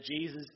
Jesus